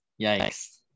Yikes